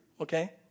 Okay